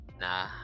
nah